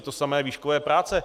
To samé výškové práce.